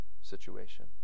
situation